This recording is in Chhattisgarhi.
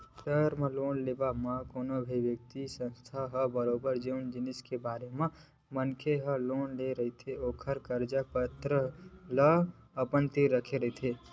टर्म लोन लेवब म कोनो भी बित्तीय संस्था ह बरोबर जउन जिनिस बर मनखे ह लोन ले रहिथे ओखर कागज पतर ल अपन तीर राखथे